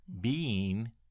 being-